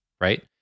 right